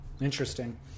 Interesting